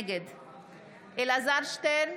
נגד אלעזר שטרן,